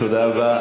תודה רבה.